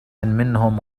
منهم